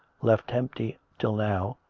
left empty till now,